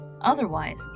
Otherwise